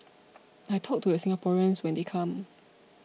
I talk to the Singaporeans when they come